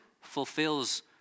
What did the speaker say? fulfills